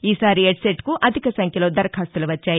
ఈ సారి ఎడ్సెట్కు అధికసంఖ్యలో దరఖాస్తులు వచ్చాయి